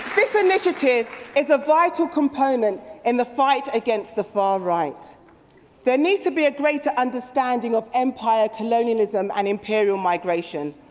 this initiative is a vital component in the fight against the far-right. there needs to be a greater understanding of empire, colonialism and imperial migration.